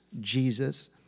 Jesus